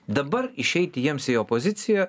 dabar išeiti jiems į opoziciją